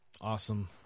Awesome